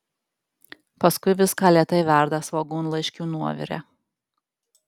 paskui viską lėtai verda svogūnlaiškių nuovire